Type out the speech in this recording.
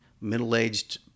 middle-aged